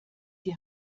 die